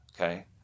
Okay